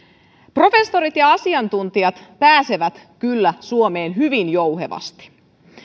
professorit ja asiantuntijat pääsevät kyllä suomeen hyvin jouhevasti